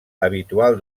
habitual